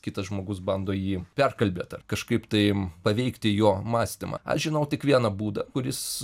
kitas žmogus bando jį perkalbėt ar kažkaip tai paveikti jo mąstymą aš žinau tik vieną būdą kuris